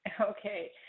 Okay